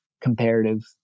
comparative